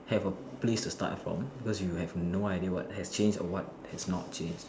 have a place to start from because you have no idea what has change or what has not change